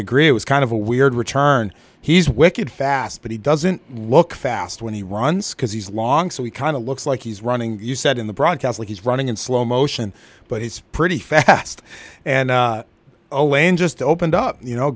agree it was kind of a weird return he's wicked fast but he doesn't look fast when he runs because he's long so we kind of looks like he's running you said in the broadcast like he's running in slow motion but he's pretty fast and oh and just opened up you know